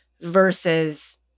versus